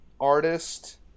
artist